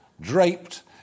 draped